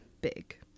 Big